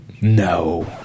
No